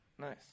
Nice